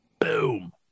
boom